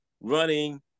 running